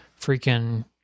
freaking